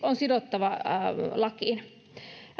on ehdottomasti sidottava lakiin